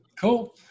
Cool